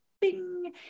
bing